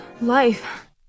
Life